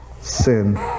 sin